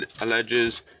alleges